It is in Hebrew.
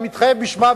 אני מתחייב בשמה,